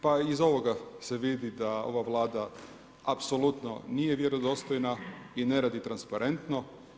Pa iz ovoga se vidi da ova Vlada apsolutno nije vjerodostojna i ne radi transparentno.